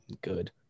good